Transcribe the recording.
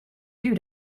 due